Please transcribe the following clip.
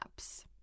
Apps